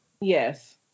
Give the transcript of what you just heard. Yes